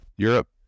Europe